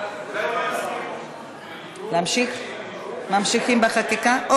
אוקיי, ממשיכים בחקיקה.